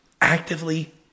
actively